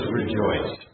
rejoice